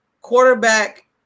quarterback